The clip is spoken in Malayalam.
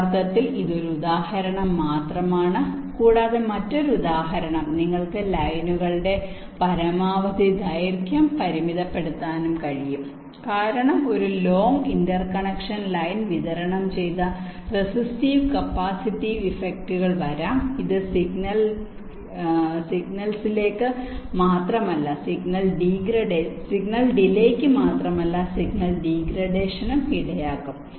യഥാർത്ഥത്തിൽ ഇത് ഒരു ഉദാഹരണം മാത്രമാണ് കൂടാതെ മറ്റൊരു ഉദാഹരണം നിങ്ങൾക്ക് ലൈനുകളുടെ പരമാവധി ദൈർഘ്യം പരിമിതപ്പെടുത്താനും കഴിയും കാരണം ഒരു ലോങ്ങ് ഇന്റർകണക്ഷൻ ലൈൻ വിതരണം ചെയ്ത റെസിസ്റ്റീവ് കപ്പാസിറ്റീവ് ഇഫക്റ്റുകൾ വരാം ഇത് സിഗ്നൽ ഡിലേക്ക് മാത്രമല്ല സിഗ്നൽ ഡീഗ്രേഡേഷനും ഇടയാക്കും